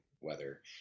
weather